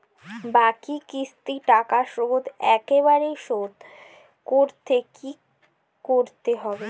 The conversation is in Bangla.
বাকি কিস্তির টাকা শোধ একবারে শোধ করতে কি করতে হবে?